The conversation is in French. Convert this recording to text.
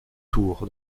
tours